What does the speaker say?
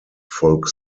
folk